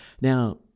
Now